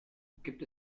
gibt